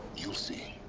you'll see